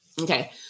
Okay